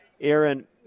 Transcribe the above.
Aaron